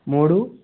మూడు